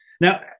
now